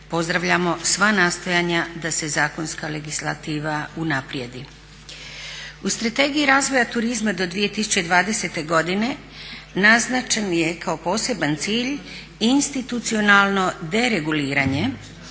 pozdravljamo sva nastojanja da se zakonska legislativa unaprijedi. U Strategiji razvoja turizma do 2020. godine naznačen je kao poseban cilj institucionalno dereguliranje,